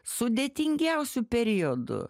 sudėtingiausiu periodu